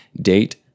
Date